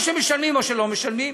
או שמשלמים או שלא משלמים.